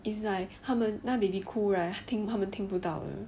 it's like 他们那个 baby 哭 right 他们听不到的